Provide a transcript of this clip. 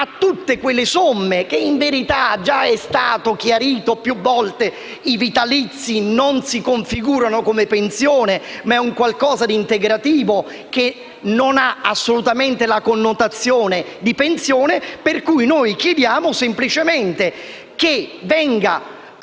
a tutte quelle somme. In verità è già stato chiarito più volte che i vitalizi non si configurano come pensione, ma sono qualcosa di integrativo che non ha assolutamente tale connotazione. Noi, quindi, chiediamo semplicemente che il vitalizio